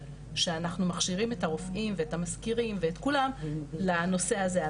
שאנחנו מכשירים את הרופאים ואת המזכירים ואת כולם לנושא הזה,